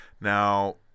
Now